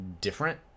different